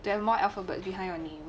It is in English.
then more alphabet behind your name